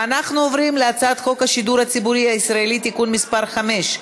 אנחנו עוברים להצעת חוק השידור הציבורי הישראלי (תיקון מס' 5),